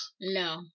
No